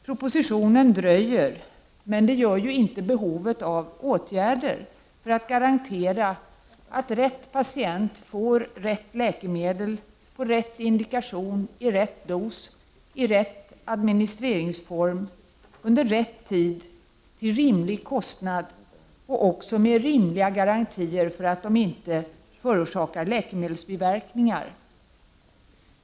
Propositionen dröjer, men det gör ju inte behovet av åtgärder för att garantera att rätt patient får rätt läkemedel på rätt indikation, i rätt dos, i rätt administrerad form under rätt tid till rimlig kostnad och också med rimliga garantier för att läkemedlet inte förorsakar biverkningar.